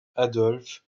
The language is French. adolphe